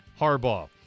Harbaugh